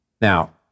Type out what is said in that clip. now